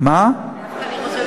דווקא אני חושבת